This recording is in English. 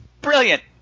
brilliant